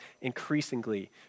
increasingly